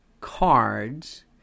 cards